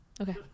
Okay